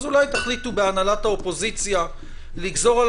אולי תחליטו בהנהלת האופוזיציה לגזור על